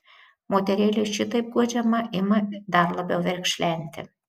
moterėlė šitaip guodžiama ima dar labiau verkšlenti